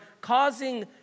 causing